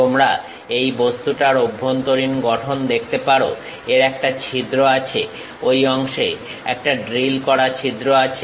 তোমরা এই বস্তুটার অভ্যন্তরীণ গঠন দেখতে পারো এর একটা ছিদ্র আছে ঐ অংশে একটা ড্রিল করা ছিদ্র আছে